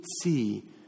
see